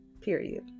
Period